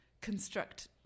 construct